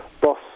boss